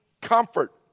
comfort